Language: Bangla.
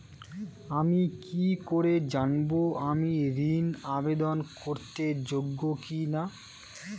আমি কি করে জানব আমি ঋন আবেদন করতে যোগ্য কি না?